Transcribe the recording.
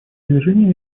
движение